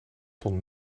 ton